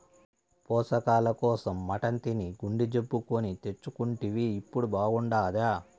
పోషకాల కోసం మటన్ తిని గుండె జబ్బు కొని తెచ్చుకుంటివి ఇప్పుడు బాగుండాదా